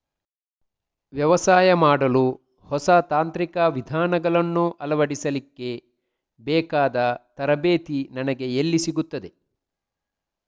ವ್ಯವಸಾಯ ಮಾಡಲು ಹೊಸ ತಾಂತ್ರಿಕ ವಿಧಾನಗಳನ್ನು ಅಳವಡಿಸಲಿಕ್ಕೆ ಬೇಕಾದ ತರಬೇತಿ ನನಗೆ ಎಲ್ಲಿ ಸಿಗುತ್ತದೆ?